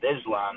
Islam